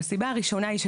הסיבה הראשונה היא,